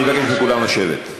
אני מבקש מכולם לשבת.